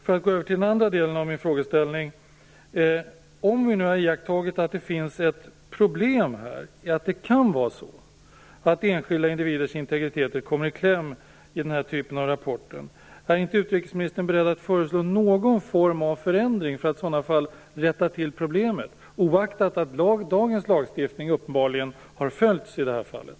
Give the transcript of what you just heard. När det gäller den andra delen av min frågeställning undrar jag: Om vi nu har iakttagit att det finns ett problem här, att det kan vara så att enskilda individers integritet kommer i kläm i den här typen av rapporter, är inte utrikesministern då beredd att föreslå någon form av förändring för att i sådana fall komma till rätta med problemet - oaktat att dagens lagstiftning uppenbarligen har följts i det här fallet?